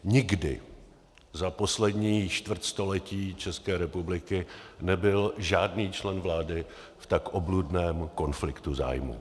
Nikdy za poslední čtvrtstoletí České republiky nebyl žádný člen vlády v tak obludném konfliktu zájmů.